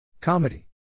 Comedy